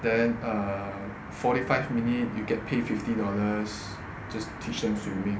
then err forty five minute you get paid fifty dollars just to teach them swimming